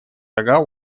рога